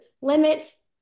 limits